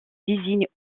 désigne